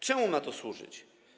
Czemu ma to służyć?